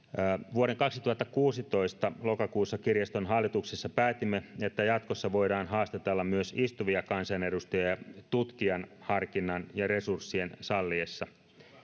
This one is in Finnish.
vuoden kaksituhattakuusitoista lokakuussa kirjaston hallituksessa päätimme että jatkossa voidaan haastatella myös istuvia kansanedustajia tutkijan harkinnan tuloksena ja resurssien salliessa